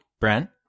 Brent